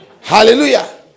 Hallelujah